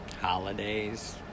holidays